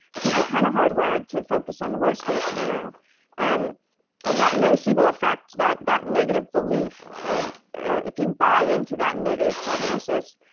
because we're kind of hardwired to focus on the worst case scenario and and that nocebo effect, that that negative belief, and if if you buy into that negative prognosis,